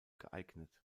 geeignet